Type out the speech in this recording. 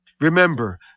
Remember